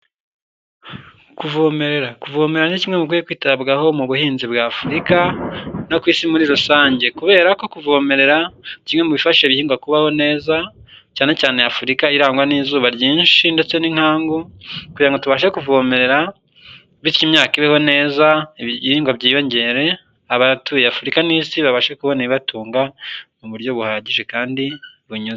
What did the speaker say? Kuvomerera, kuvomera ni kimwe mu bikwiye kwitabwaho mu buhinzi bw'Afurika no ku isi muri rusange kubera ko kuvomerera ni kimwe mu bifasha ibihingwa kubaho neza, cyane cyane Afurika irangwa n'izuba ryinshi ndetse n'inkangu kugirango ngo tubashe kuvomerera. Bityo imyaka ibeho neza ibihingwa byiyongere abatuye Afurika n'isi babashe kubona ibi batunga mu buryo buhagije kandi bunyuze.